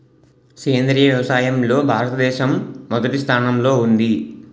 సేంద్రీయ వ్యవసాయంలో భారతదేశం మొదటి స్థానంలో ఉంది